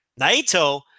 Naito